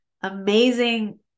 amazing